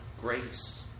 grace